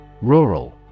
Rural